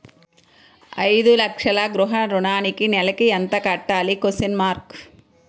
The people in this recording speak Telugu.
ఐదు లక్షల గృహ ఋణానికి నెలకి ఎంత కట్టాలి?